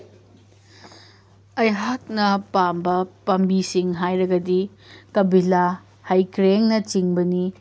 ꯑꯩꯍꯥꯛꯅ ꯄꯥꯝꯕ ꯄꯥꯝꯕꯤꯁꯤꯡ ꯍꯥꯏꯔꯒꯗꯤ ꯀꯕꯤꯜꯂꯥ ꯍꯩꯀ꯭ꯔꯦꯡꯅꯆꯤꯡꯕꯅꯤ